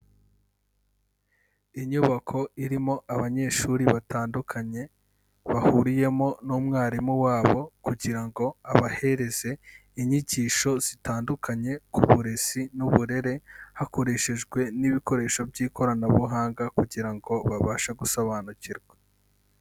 Inyubako irimo abanyeshuri batandukanye, bahuriyemo n'umwarimu wabo kugira ngo abahereze inyigisho zitandukanye ku burezi n'uburere, hakoreshejwe n'ibikoresho by'ikoranabuhanga kugira ngo babashe gusobanukirwa.